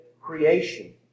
creation